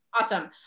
awesome